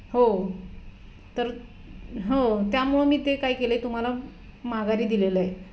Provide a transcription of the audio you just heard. हो तर हो त्यामुळं मी ते काय केलं आहे तुम्हाला माघारी दिलेलं आहे